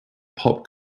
pop